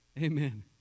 Amen